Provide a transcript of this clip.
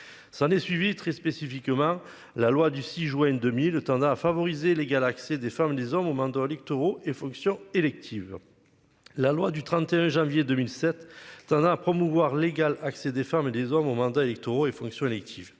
S'en est suivi très. Spécifiquement la loi du 6 juin 2000 tendant à favoriser l'égal accès des femmes, des hommes aux mandats au électoraux et fonctions électives. La loi du 31 janvier 2007 tendant à promouvoir l'égal accès des femmes et des hommes aux mandats électoraux et fonctions électives,